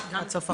עד סוף החודש.